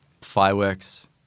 fireworks